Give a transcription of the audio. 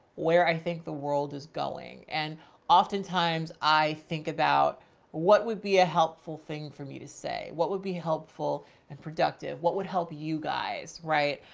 where i think the world is going. and oftentimes i think about what would be a helpful thing for me to say, what would be helpful and productive? what would help you guys? right.